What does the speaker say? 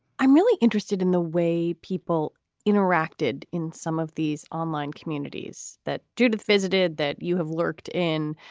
i'm really interested in the way people interacted in some of these online communities that judith visited that you have lurked in.